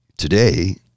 Today